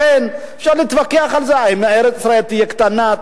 לכן אפשר להתווכח אם ארץ-ישראל תהיה קטנה,